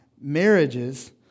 marriages